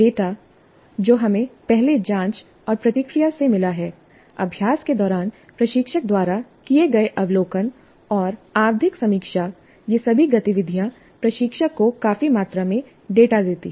data जो हमें पहले जांच और प्रतिक्रिया से मिला है अभ्यास के दौरान प्रशिक्षक द्वारा किए गए अवलोकन और आवधिक समीक्षा ये सभी गतिविधियाँ प्रशिक्षक को काफी मात्रा में डेटा देती हैं